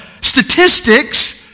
statistics